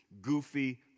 goofy